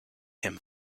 him